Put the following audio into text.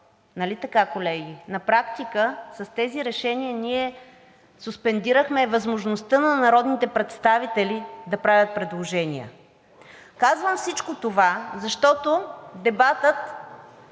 Нали така, колеги? На практика с тези решения ние суспендирахме възможността на народните представители да правят предложения. Казвам всичко това, защото според